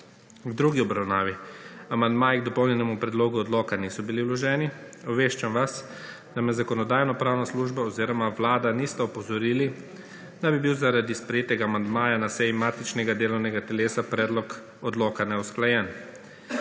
V drugi obravnavi amandmaji k dopolnjenemu predlogu odloka niso bili vloženi. Obveščam vas, da me Zakonodajno-pravna služba oziroma Vlada nista opozorili, da bi bil zaradi sprejetega amandmaja na seji matičnega delovnega telesa predlog odloka neusklajen.